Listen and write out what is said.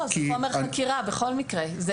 זה בכל מקרה חומר חקירה.